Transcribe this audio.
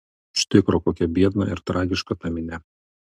iš tikro kokia biedna ir tragiška ta minia